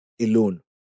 alone